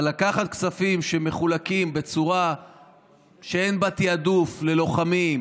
אבל לקחת כספים שמחולקים בצורה שאין בה תיעדוף ללוחמים,